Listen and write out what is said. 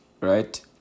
Right